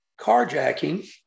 carjacking